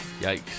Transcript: Yikes